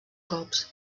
cops